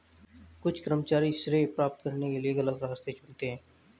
कुछ कर्मचारी श्रेय प्राप्त करने के लिए गलत रास्ते चुनते हैं